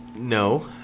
No